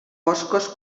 boscos